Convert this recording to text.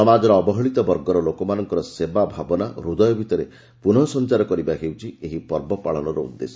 ସମାଜର ଅବହେଳିତ ବର୍ଗର ଲୋକମାନଙ୍କର ସେବା ଭାବନା ହୃଦୟ ଭିତରେ ପ୍ରନଃ ସଞ୍ଚାର କରିବା ହେଉଛି ଏହି ପର୍ବ ପାଳନର ଉଦ୍ଦେଶ୍ୟ